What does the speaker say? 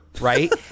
right